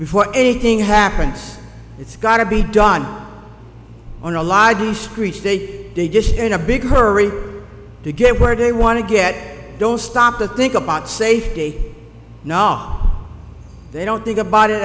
before anything happens it's got to be done on a lie to screech they just in a big hurry to get where they want to get don't stop to think about safety not they don't think about it